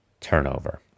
turnover